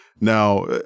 Now